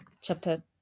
chapter